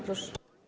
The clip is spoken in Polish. Proszę.